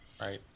Right